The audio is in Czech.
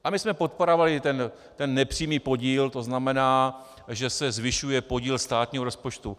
My jsme podporovali ten nepřímý podíl, to znamená, že se zvyšuje podíl státního rozpočtu.